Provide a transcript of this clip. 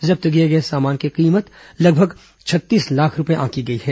जब्त किए गए सामान की कीमत लगभग छत्तीस लाख रूपये आंकी गई है